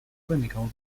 clinical